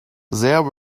there